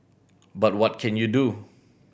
but what can you do